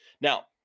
Now